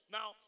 Now